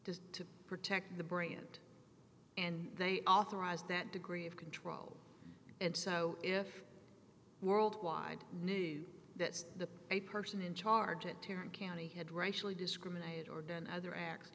just to protect the brand and they authorized that degree of control and so if world wide knew that the a person in charge at terran county had racially discriminated or done other acts